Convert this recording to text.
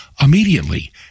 immediately